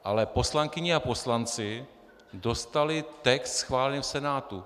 Ale poslankyně a poslanci dostali text schválený v Senátu.